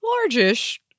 large-ish